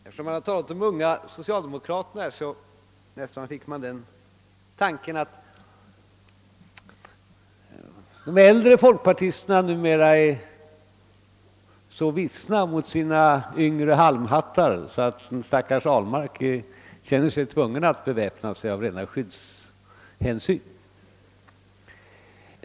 Eftersom han talade om de unga socialdemokraterna fick man nästan intrycket, att de äldre folkpartisterna numera är så vissna mot sina yngre halmhattar, att den stackars Ahlmark känner sig tvungen att beväpna sig av rena skyddshänsyn.